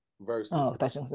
Versus